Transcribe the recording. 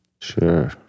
Sure